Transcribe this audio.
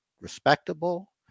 respectable